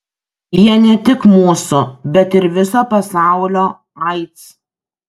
jie ne tik mūsų bet ir viso pasaulio aids